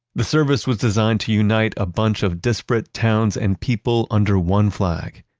the service was designed to unite a bunch of disparate towns and people under one flag.